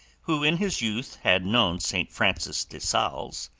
who in his youth had known st. francis de sales,